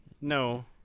no